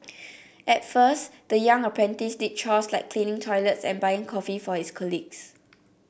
at first the young apprentice did chores like cleaning toilets and buying coffee for his colleagues